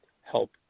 help